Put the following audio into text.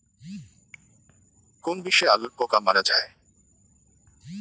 কোন বিষে আলুর পোকা মারা যায়?